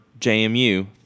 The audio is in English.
JMU